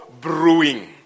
brewing